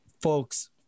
folks